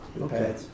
Okay